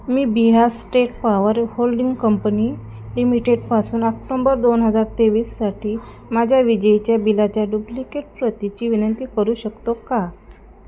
मी Bihar state power holding company लिमिटेडपासून आक्टोंबर दोन हजार तेवीससाठी माझ्या विजेच्या बिलाच्या डुप्लिकेट प्रतीची विनंती करू शकतो का